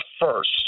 first